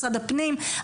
משרד הפנים,